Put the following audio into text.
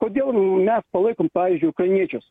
kodėl mes palaikom pavyzdžiui ukrainiečius